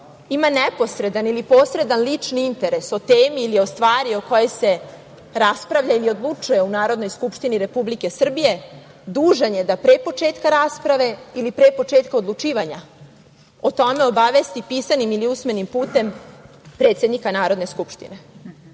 ima neposredan ili posredan lični interes o temi ili o stvari o kojoj se raspravlja ili odlučuje u Narodnoj skupštini Republike Srbije, dužan je da pre početka rasprave ili pre početka odlučivanja o tome obavesti pisanim ili usmenim putem predsednika Narodne skupštine. Kodeks